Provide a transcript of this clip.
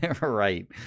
Right